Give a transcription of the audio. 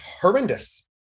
horrendous